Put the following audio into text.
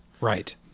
right